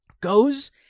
goes